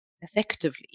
effectively